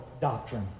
doctrine